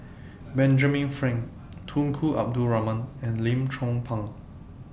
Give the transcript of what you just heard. Benjamin Frank Tunku Abdul Rahman and Lim Chong Pang